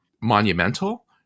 monumental